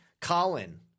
Colin